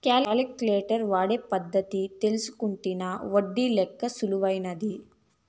calculator వాడే పద్ధతి తెల్సుకుంటినా ఒడ్డి లెక్క సులుమైతాది